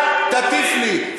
אל תטיף לי,